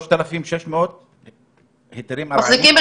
600 בקשות שלמעשה הוגשו לפני החוק,